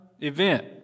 event